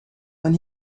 when